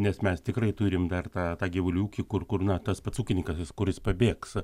nes mes tikrai turim dar tą tą gyvulių ūkį kur kur na tas pats ūkininkas jis kur jis pabėgs